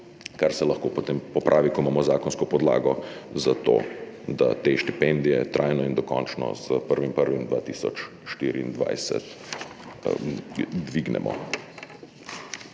kar se lahko potem popravi, ko imamo zakonsko podlago za to, da te štipendije trajno in dokončno s 1. 1. 2024 dvignemo.